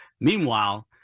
Meanwhile